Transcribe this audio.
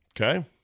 okay